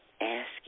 Ask